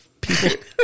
people